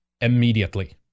immediately